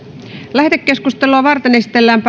lähetekeskustelua varten esitellään